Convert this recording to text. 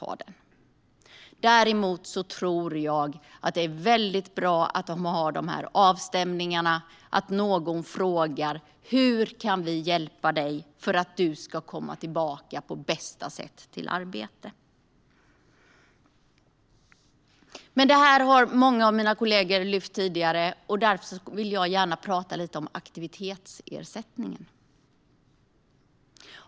Jag tror däremot att det är bra att ha avstämningar där någon frågar: Hur kan vi hjälpa dig för att du ska komma tillbaka på bästa sätt i arbete? Men detta har många av mina kollegor lyft upp tidigare, och därför vill jag i stället tala lite om aktivitetsersättningen.